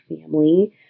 family